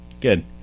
Good